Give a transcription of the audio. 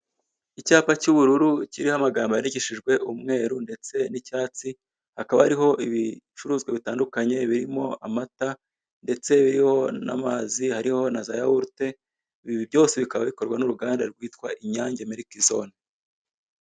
Icyapa cy'ubururu kiriho amagambo yandikishijwe umweru ndetse n'icyatsi, hakaba hariho ibicuruzwa bitandukanye birimo amata ndetse biriho n'amazi, hariho na za yawurute, ibi byose bikaba bikorwa n'uruganda rwitwa Inyange Milk Zone.